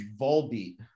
volbeat